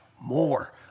more